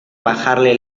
bajarle